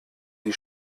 die